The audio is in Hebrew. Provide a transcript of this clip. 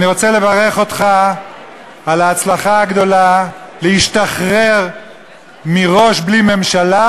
אני רוצה לברך אותך על ההצלחה הגדולה להשתחרר מראש בלי ממשלה